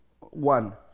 one